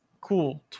cool